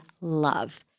love